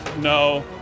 no